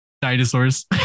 dinosaurs